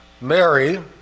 Mary